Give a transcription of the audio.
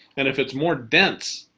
and if it's more dense,